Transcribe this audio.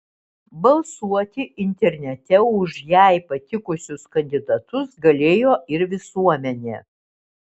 balsuoti internete už jai patikusius kandidatus galėjo ir visuomenė